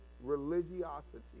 religiosity